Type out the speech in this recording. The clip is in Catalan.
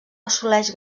assoleix